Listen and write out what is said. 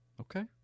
Okay